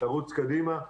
תרוץ קדימה.